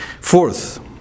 Fourth